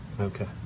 Okay